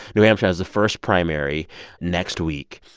new hampshire has the first primary next week.